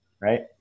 right